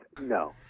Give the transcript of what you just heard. no